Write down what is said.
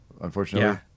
unfortunately